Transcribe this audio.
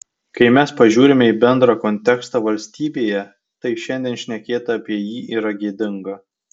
kai mes pasižiūrime į bendrą kontekstą valstybėje tai šiandien šnekėti apie jį yra gėdinga